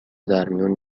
درمیون